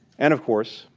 and of course,